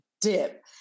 dip